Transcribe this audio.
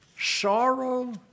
Sorrow